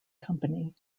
company